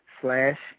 slash